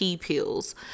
pills